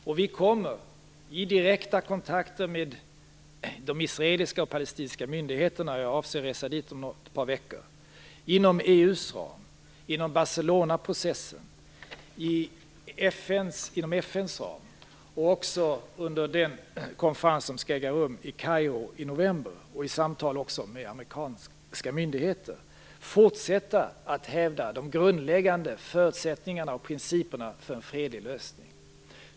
Regeringen kommer i direkta kontakter med de israeliska och palestinska myndigheterna - jag avser att resa dit om ett par veckor - inom EU:s ram, inom Barcelonaprocessens ram, inom FN:s ram, under den konferens som skall äga rum i Kairo i november och i samtal med amerikanska myndigheter fortsätta att hävda de grundläggande förutsättningarna och principerna för en fredlig lösning.